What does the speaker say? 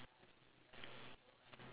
okay that's quite cute